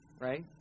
right